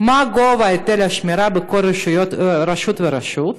2. מה גובה היטל השמירה בכל רשות ורשות?